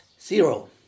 zero